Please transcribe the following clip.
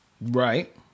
right